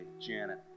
Janet